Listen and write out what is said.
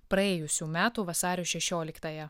praėjusių metų vasario šešioliktąją